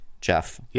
Jeff